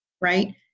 right